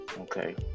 Okay